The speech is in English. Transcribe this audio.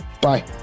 Bye